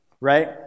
right